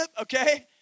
Okay